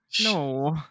No